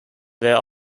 there